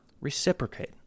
reciprocate